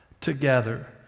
together